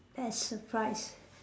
a surprise